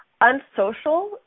unsocial